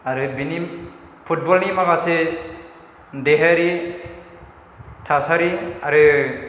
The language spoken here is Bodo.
आरो बिनि फुटबलनि माखासे देहायारि थासारि आरो